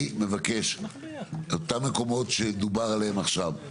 אני מבקש אותם מקומות שדובר עליהם עכשיו,